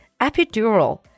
Epidural